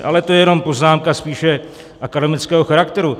Ale to je jenom poznámka spíše akademického charakteru.